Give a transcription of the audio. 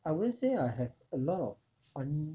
I wouldn't say I have a lot of funny